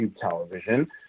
Television